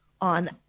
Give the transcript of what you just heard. on